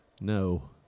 No